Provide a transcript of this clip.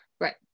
Right